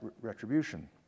retribution